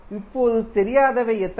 இப்போது தெரியாதவை எத்தனை